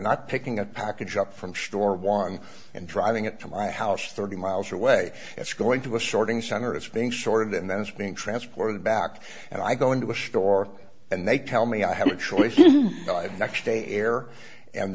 not picking a package up from store one and driving it to my house thirty miles away it's going to a shorting center it's being short and then it's being transported back and i go into a store and they tell me i have a choice